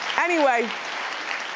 anyway.